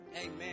Amen